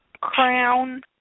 crown